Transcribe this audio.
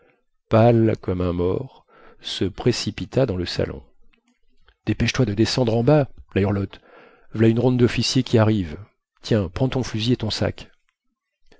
pâle comme un mort se précipita dans le salon dépêche-toi de descendre en bas la hurlotte vlà une ronde dofficier qui arrive tiens prends ton fusil et ton sac